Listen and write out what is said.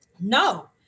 No